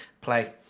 play